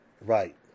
Right